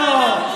לא,